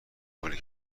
گلی